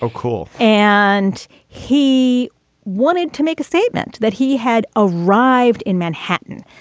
a call. and he wanted to make a statement that he had arrived in manhattan,